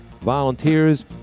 volunteers